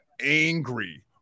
angry